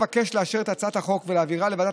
אבקש לאשר את הצעת החוק ולהעבירה לוועדת